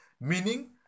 Meaning